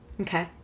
Okay